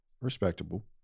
Respectable